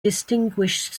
distinguished